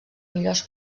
millors